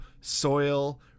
soil